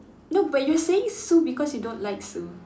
no but you saying Sue because you don't like Sue